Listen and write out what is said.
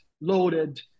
loaded